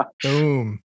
Boom